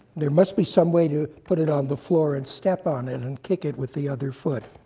there must be some way to put it on the floor, and step on it, and kick it with the other foot.